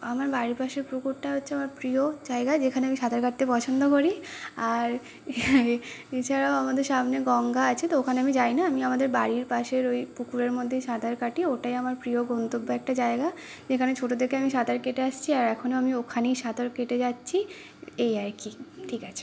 আমার বাড়ির পাশে পুকুরটা হচ্ছে আমার প্রিয় জায়গা যেখানে আমি সাঁতার কাটতে পছন্দ করি আর এছাড়াও আমাদের সামনে গঙ্গা আছে তো ওখানে আমি যাই না আমি আমাদের বাড়ির পাশের ওই পুকুরের মধ্যেই সাঁতার কাটি ওটাই আমার প্রিয় গন্তব্য একটা জায়গা যেখানে ছোট থেকে আমি সাঁতার কেটে আসছি আর এখনও আমি ওখানেই সাঁতার কেটে যাচ্ছি এই আর কি ঠিক আছে